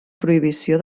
prohibició